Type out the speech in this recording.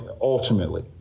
ultimately